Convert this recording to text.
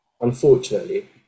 unfortunately